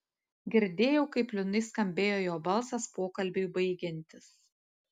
girdėjau kaip liūdnai skambėjo jo balsas pokalbiui baigiantis